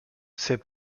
ses